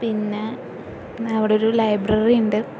പിന്നെ അവിടെ ഒരു ലൈബ്രറി ഉണ്ട്